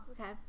okay